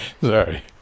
sorry